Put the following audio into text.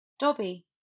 Dobby